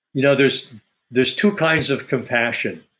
you know there's there's two kinds of compassion.